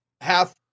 half